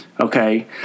Okay